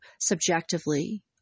subjectively